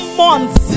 months